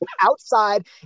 outside